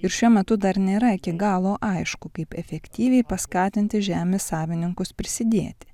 ir šiuo metu dar nėra iki galo aišku kaip efektyviai paskatinti žemės savininkus prisidėti